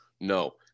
No